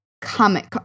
comic